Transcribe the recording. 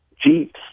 jeeps